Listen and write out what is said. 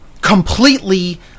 completely